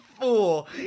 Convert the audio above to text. fool